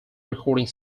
recording